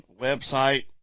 website